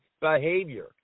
behavior